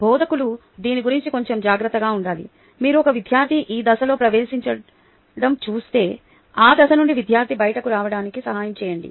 బోధకులు దీని గురించి కొంచెం జాగ్రత్తగా ఉండాలి మీరు ఒక విద్యార్థి ఈ దశలో ప్రవేశించడం చూస్తే ఆ దశ నుండి విద్యార్థి బయటకి రావడానికి సహాయం చేయండి